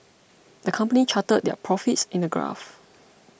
the company charted their profits in a graph